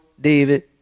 David